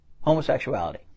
Homosexuality